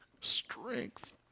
strength